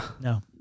No